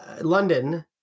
London